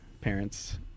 parents